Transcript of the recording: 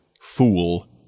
fool